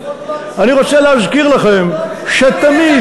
אני רוצה להזכיר לכם שתמיד,